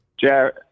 Jared